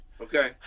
Okay